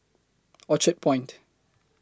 Orchard Point